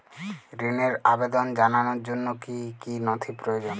ঋনের আবেদন জানানোর জন্য কী কী নথি প্রয়োজন?